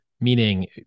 Meaning